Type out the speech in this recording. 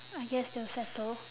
I guess they will settle